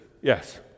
yes